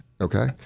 Okay